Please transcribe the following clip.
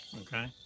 Okay